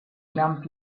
young